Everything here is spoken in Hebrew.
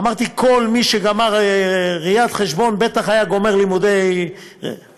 אמרתי: כל מי שגמר ראיית-חשבון בטח היה גומר לימודי עורך-דין,